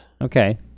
okay